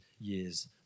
years